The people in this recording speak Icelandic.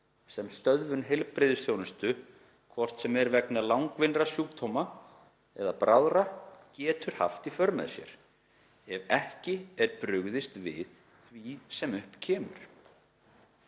sem stöðvun heilbrigðisþjónustu, hvort heldur er vegna langvinnra sjúkdóma eða bráðra, getur haft í för með sér, ef ekki er brugðist við því sem upp kemur.